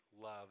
love